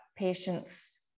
patients